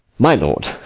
my lord,